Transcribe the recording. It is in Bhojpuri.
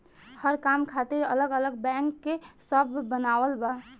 हर काम खातिर अलग अलग बैंक सब बनावल बा